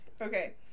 Okay